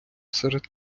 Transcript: серед